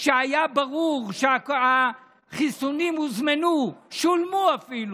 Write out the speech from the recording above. כשהיה ברור שהחיסונים הוזמנו, אפילו שולמו?